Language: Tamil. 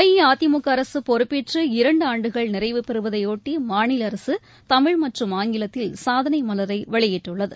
அஇஅதிமுக அரசு பொறுப்பேற்று இரன்டு ஆன்டுகள் நிறைவு பெறுவதையொட்டி மாநில அரசு தமிழ் மற்றும் ஆங்கிலத்தில் சாதனை மலரை வெளியிட்டுள்ளது